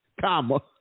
comma